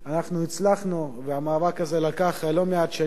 אנחנו הצלחנו, והמאבק הזה לקח לא מעט שנים,